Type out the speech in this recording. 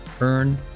Earn